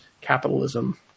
capitalism